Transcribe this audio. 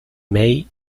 may